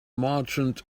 merchant